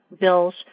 bills